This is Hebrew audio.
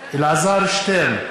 אלעזר שטרן,